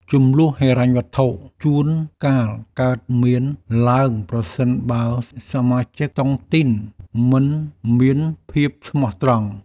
ជម្លោះហិរញ្ញវត្ថុជួនកាលកើតមានឡើង ប្រសិនបើសមាជិកតុងទីនមិនមានភាពស្មោះត្រង់។